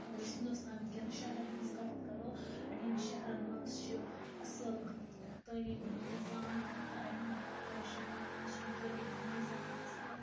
اَگر أسۍ ہِنٛدوستان کیٚن شہرَن ہٕنٛز کَتھ کَرَو اَڈیٚن شہرَن منٛز چھِ اَصٕل تعلیٖم ہُنٛد نِظام تہٕ اَڈیٚن شہرَن منٛز چھُنہٕ تعلیٖم ہُنٛد نِظام اَصٕل